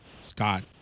Scott